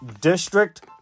District